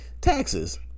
taxes